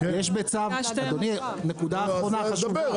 אדוני, נקודה אחרונה חשובה.